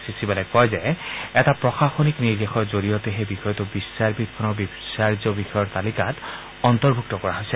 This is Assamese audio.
শ্ৰীচিবালে কয় যে এটা প্ৰশাসনিক নিৰ্দেশৰ জৰিয়তেহে বিষয়টো বিচাৰপীঠখনৰ বিচাৰ্য বিষয়ৰ তালিকাত অন্তৰ্ভুক্ত কৰা হৈছে